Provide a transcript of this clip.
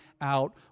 out